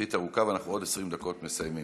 יחסית ארוכה ואנחנו בעוד 20 דקות מסיימים.